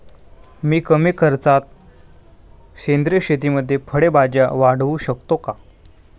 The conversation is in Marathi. मी कमी खर्चात सेंद्रिय शेतीमध्ये फळे भाज्या वाढवू शकतो का?